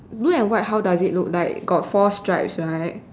blue and white how does it look like got four stripes right